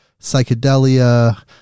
psychedelia